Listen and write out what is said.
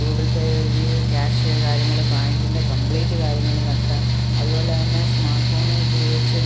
Google pay വഴി cash കാര്യങ്ങൾ ബാങ്കിൻ്റെ കംപ്ലീറ്റ് കാര്യങ്ങൾ നടത്താം അതുപോലെ തന്നെ സ്മാർട്ട്ഫോൺ ഉപയോഗിച്ച്